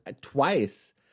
twice